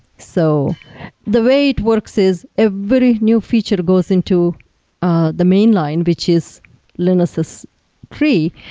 so the way it works is a very new feature goes into ah the mainline, which is linux's tree,